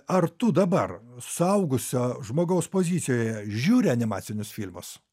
ar tu dabar suaugusio žmogaus pozicijoje žiūri animacinius filmus